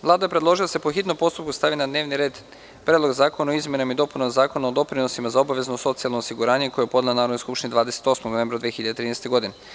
Vlada je predložila da se, po hitnom postupku, stavi na dnevni red Predlog zakona o izmenama i dopunama Zakona o doprinosima za obavezno socijalno osiguranje, koji je podnela Narodnoj skupštini 28. novembra 2013. godine.